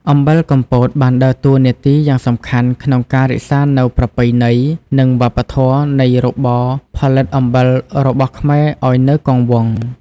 អំបិលកំពតបានដើរតួនាទីយ៉ាងសំខាន់ក្នុងការរក្សានូវប្រពៃណីនិងវប្បធម៌នៃរបរផលិតអំបិលរបស់ខ្មែរឲ្យនៅគង់វង្ស។